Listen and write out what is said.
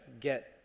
get